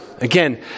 Again